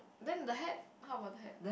then the hat how about the hat